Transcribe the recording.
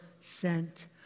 sent